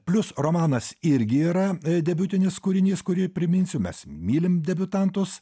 plius romanas irgi yra debiutinis kūrinys kurį priminsiu mes mylim debiutantus